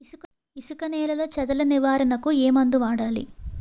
ఇసుక నేలలో చదల నివారణకు ఏ మందు వాడాలి?